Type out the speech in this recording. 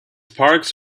parks